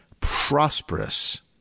prosperous